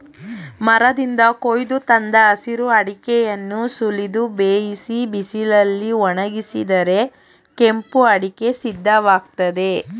ಮರದಿಂದ ಕೊಯ್ದು ತಂದ ಹಸಿರು ಅಡಿಕೆಯನ್ನು ಸುಲಿದು ಬೇಯಿಸಿ ಬಿಸಿಲಲ್ಲಿ ಒಣಗಿಸಿದರೆ ಕೆಂಪು ಅಡಿಕೆ ಸಿದ್ಧವಾಗ್ತದೆ